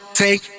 take